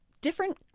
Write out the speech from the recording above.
different